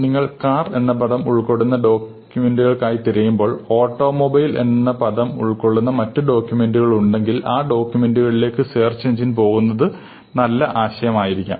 നിങ്ങൾ കാർ എന്ന പദം ഉൾക്കൊള്ളുന്ന ഡോക്യൂമെന്റുകൾക്കായി തിരയുമ്പോൾ ഓട്ടോമൊബൈൽ എന്ന പദം ഉൾക്കൊള്ളുന്ന മറ്റു ഡോക്യൂമെന്റുകളുണ്ടെങ്കിൽ ആ ഡോക്യൂമെന്റുകളിലേക്ക് സെർച്ച് എഞ്ചിൻ പോകുന്നത് നല്ല ആശയമായിരിക്കാം